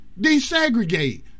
desegregate